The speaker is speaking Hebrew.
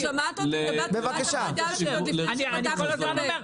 אתה שמעת אותי מדברת בוועדה הזאת לפני שפתחת את הפה?